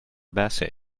bessen